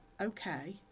okay